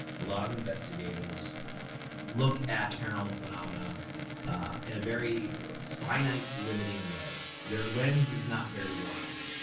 a lot of investigators look at paranormal phenomena in a very finite, limiting way. their lens is not very wide.